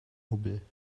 hubbel